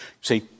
See